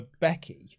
Becky